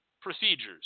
procedures